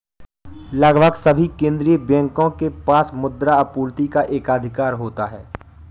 लगभग सभी केंदीय बैंकों के पास मुद्रा आपूर्ति पर एकाधिकार होता है